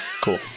cool